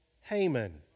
Haman